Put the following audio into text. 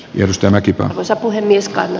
jos tämäkin on osa puhemies karen